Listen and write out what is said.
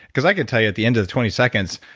because i can tell you at the end of the twenty seconds,